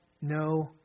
no